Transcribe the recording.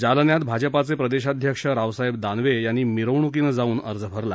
जालन्यात भाजपा प्रदेशाध्यक्ष रावसाहेब दानवे यांनी मिरवणुकीनं जाऊन अर्ज भरला